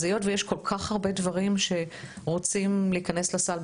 היות ויש כל כך הרבה דברים שרוצים להיכנס לסל,